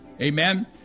Amen